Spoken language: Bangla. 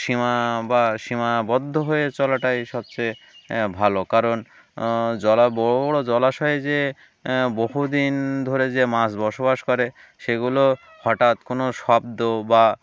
সীমা বা সীমাবদ্ধ হয়ে চলাটাই সবচেয়ে ভালো কারণ জলা বড় বড়ো জলাশয়ে যে বহুদিন ধরে যে মাছ বসবাস করে সেগুলো হঠাৎ কোনো শব্দ বা